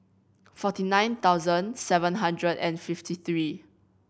forty nine thousand seven hundred and fifty three